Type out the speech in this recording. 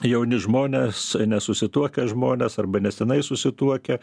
jauni žmonės nesusituokę žmonės arba nesenai susituokę